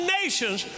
nations